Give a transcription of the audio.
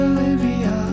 Olivia